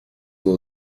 will